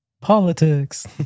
Politics